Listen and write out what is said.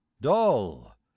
Dull